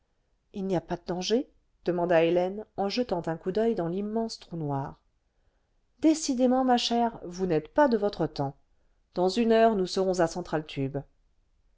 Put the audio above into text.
h n'y a pas de danger demanda hélène en jetant un coup d'oeil dans l'immense trou noir décidément ma chère vous n'êtes pas de votre temps dans une heure nous serons à